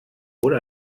una